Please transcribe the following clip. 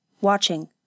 watching